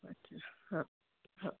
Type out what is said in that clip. अच्छा हां हां